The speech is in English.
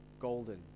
golden